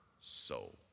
soul